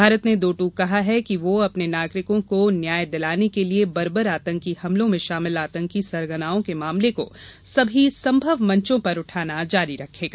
भारत ने दो टूक कहा है कि वह अपने नागरिकों को न्याय दिलाने के लिये बर्बर आतंकी हमलों में शामिल आतंकी सरगनाओं के मामले को सभी संभव मंचों पर उठाना जारी रखेगा